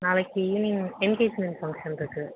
நாளைக்கு evening engagement function இருக்குது